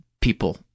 people